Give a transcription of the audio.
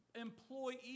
employee